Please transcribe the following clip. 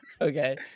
Okay